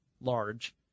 large